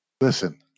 listen